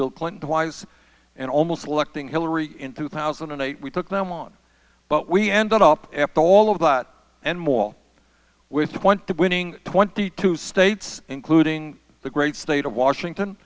bill clinton wise and almost electing hillary in two thousand and eight we took them on but we ended up after all of that and more with twenty winning twenty two states including the great state of washington